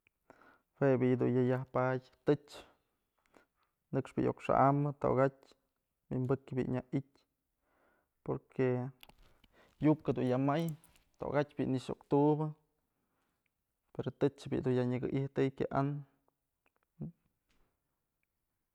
Jue bi'i dun ya yajpadyë tëch, nëkxpë iuk xa'ambë tokatyë winpëkyë bi'i nya i'ityë, porque yuk dun ya may tokatyë bi'i nëkxë iuk tubë perp tëch bi'i yadun nyaka ijtëy que an.